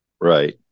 Right